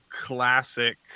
classic